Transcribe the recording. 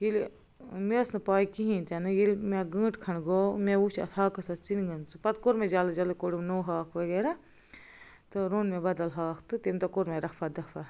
ییٚلہِ مےٚ ٲسۍ نہٕ پَے کِہیٖنۍ تہِ نہٕ ییٚلہِ مےٚ گھٲنٛٹہٕ کٔھںٛڈ گوٚو مےٚ وچھُ اَتھ ہاکس آس ژٕنہِ گمژٕ پتہٕ کوٚر مےٚ جلدی جلدی کوٚڈم نوٚو ہاکھ وغیرہ تہٕ روٚن مےٚ بَدل ہاکھ تہٕ تٔمہِ دۄہ کوٚر مےٚ رَفعہ دَفعہ